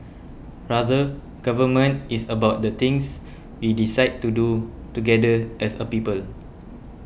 rather government is about the things we decide to do together as a people